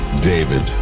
David